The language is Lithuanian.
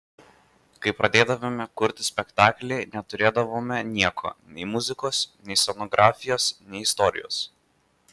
kai pradėdavome kurti spektaklį neturėdavome nieko nei muzikos nei scenografijos nei istorijos